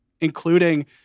Including